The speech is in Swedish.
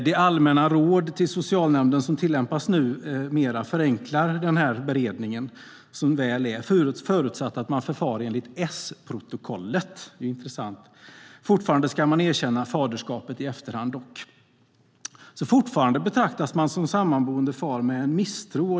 De allmänna råd till socialnämnden som tillämpas numera förenklar den här beredningen som väl är, förutsatt att man förfar enligt S-protokollet. Det är intressant. Fortfarande ska man dock erkänna faderskapet i efterhand. Fortfarande betraktas man som sammanboende far med en misstro.